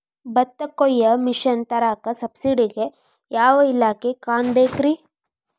ಭತ್ತ ಕೊಯ್ಯ ಮಿಷನ್ ತರಾಕ ಸಬ್ಸಿಡಿಗೆ ಯಾವ ಇಲಾಖೆ ಕಾಣಬೇಕ್ರೇ?